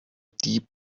deep